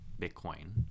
Bitcoin